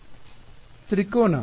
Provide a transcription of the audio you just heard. ವಿದ್ಯಾರ್ಥಿ ತ್ರಿಕೋನ